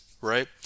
right